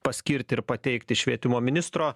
paskirti ir pateikti švietimo ministro